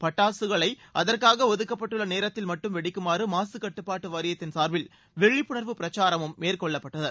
பட்டாசுகளை அதற்காக அதுக்கப்பட்டுள்ள நேரத்தில் மட்டும் வெடிக்குமாறு மாசு கட்டுப்பாட்டு வாரியத்தின் சார்பில் விழிப்புணா்வு பிரச்சாரமும் மேற்கொள்ளப்பட்டது